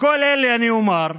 לכל אלה אני אומר: